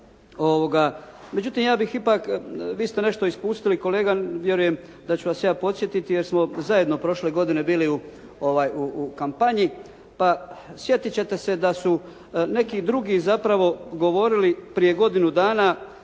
Međutim vi ste nešto ispustili, kolega vjerujem da ću vas ja podsjetiti jer smo zajedno prošle godine bili u kampanji, pa sjetiti ćete se da su zapravo neki drugi govorili prije godinu dana